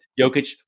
Jokic